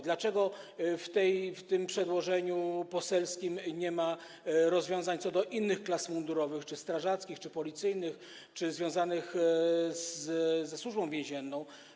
Dlaczego w tym przedłożeniu poselskim nie ma rozwiązań dotyczących innych klas mundurowych, czy to strażackich, czy policyjnych, czy związanych ze Służbą Więzienną?